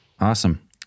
Awesome